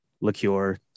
liqueur